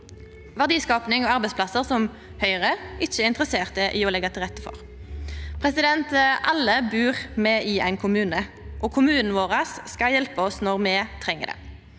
verdiskaping og arbeidsplassar som Høgre ikkje er interessert i å leggja til rette for. Alle bur me i ein kommune, og kommunen vår skal hjelpa oss når me treng det.